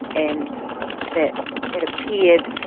and that it appeared,